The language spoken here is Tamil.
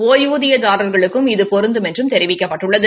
ஒய்வூதியதாரா்களுக்கும் இது பொருந்தும் என்று தெரிவிக்கப்பட்டுள்ளது